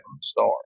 start